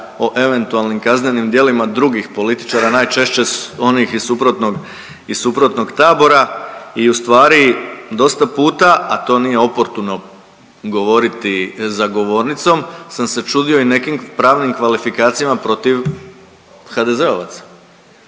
o eventualnim kaznenim djelima drugih političara najčešće onih iz suprotnog, iz suprotnog tabora i ustvari dosta puta, a to nije oportuno govoriti za govornicom sam se čudio i nekim pravnim kvalifikacijama protiv HDZ-ovaca.